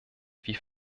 wie